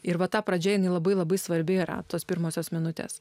ir vata pradžioje nelabai labai svarbi yra tos pirmosios minutės